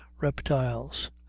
reptiles